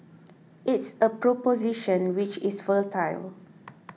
it's a proposition which is fertile